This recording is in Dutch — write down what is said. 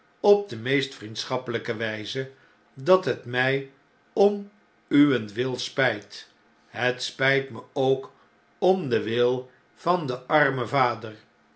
op de meest vriendschappeljjke wijze dat het mij om uwentwil spjjt het spijt me ook om den wille van den arraen vader